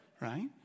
Right